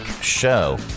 Show